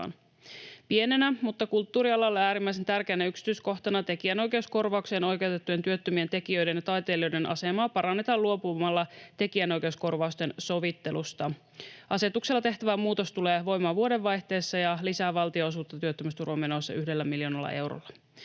Pienenä mutta kulttuurialalle äärimmäisen tärkeänä yksityiskohtana tekijänoikeuskorvaukseen oikeutettujen työttömien tekijöiden ja taiteilijoiden asemaa parannetaan luopumalla tekijänoikeuskorvausten sovittelusta. Asetuksella tehtävä muutos tulee voimaan vuodenvaihteessa ja lisää valtion osuutta työttömyysturvamenoista yhdellä miljoonalla eurolla.